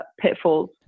pitfalls